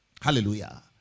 Hallelujah